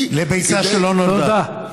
ביצה שלא נולדה.